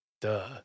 duh